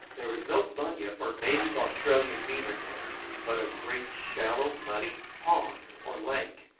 there was no bunyip or native australian demon there, but a great shallow, muddy pond or lake,